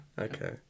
Okay